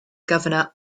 governor